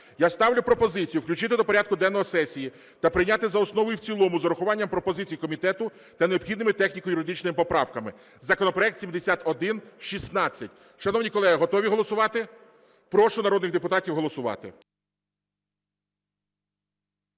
Я ставлю пропозицію включити до порядку денного сесії та прийняти за основу і в цілому з урахуванням пропозицій комітету та необхідними техніко-юридичними поправками законопроект 7116. Шановні колеги, готові голосувати? Прошу народних депутатів голосувати.